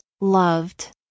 loved